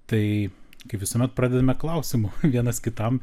tai kaip visuomet pradedame klausimu vienas kitam